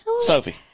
Sophie